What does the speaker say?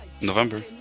November